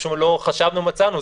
פשוט לא חשבנו ומצאנו.